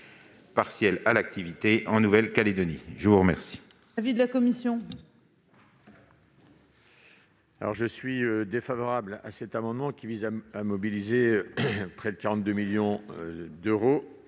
Je suis défavorable à cet amendement, qui vise à mobiliser près de 42 millions d'euros